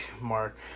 Mark